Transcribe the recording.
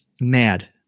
Mad